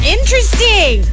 Interesting